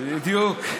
בדיוק.